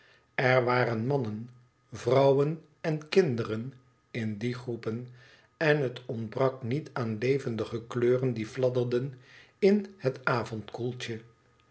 er waren mannen vrouwen en kinderen in die groepen en het ontbrak niet aan levendige kleuren die fladderden in het avondkoeltje